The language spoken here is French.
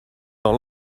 dans